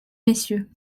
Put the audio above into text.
messieurs